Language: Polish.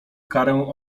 karę